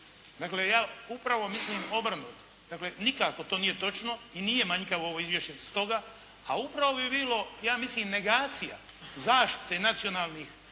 Dakle ja upravo mislim obrnuto. Dakle nikako to nije točno i nije manjkavo ovo izvješće stoga, a upravo bi bilo ja mislim negacija zaštite nacionalnih